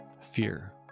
fear